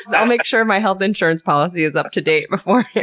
but i'll make sure my health insurance policy is up to date before,